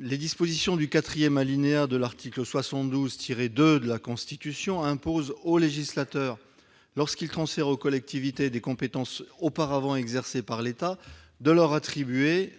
Les dispositions du quatrième alinéa de l'article 72-2 de la Constitution imposent au législateur, lorsqu'il transfère aux collectivités des compétences auparavant exercées par l'État, de leur attribuer